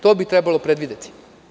To bi trebalo predvideti.